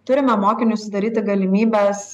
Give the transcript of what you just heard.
turime mokiniui sudaryti galimybes